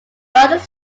others